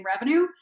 revenue